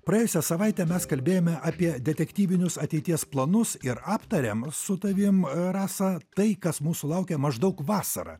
praėjusią savaitę mes kalbėjome apie detektyvinius ateities planus ir aptarėm su tavim rasa tai kas mūsų laukia maždaug vasarą